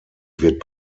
wird